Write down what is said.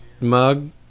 mug